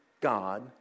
God